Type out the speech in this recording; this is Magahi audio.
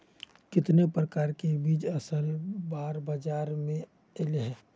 कितने प्रकार के बीज असल बार बाजार में ऐले है?